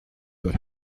that